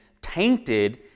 tainted